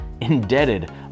indebted